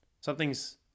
Something's